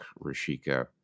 Rashika